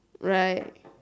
right